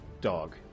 dog